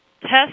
test